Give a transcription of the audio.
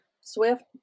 swift